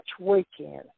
weekend